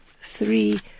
three